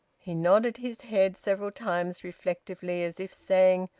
he nodded his head several times reflectively, as if saying,